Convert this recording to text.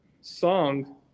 song